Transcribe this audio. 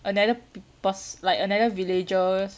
another pers~ like another villager